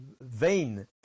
vain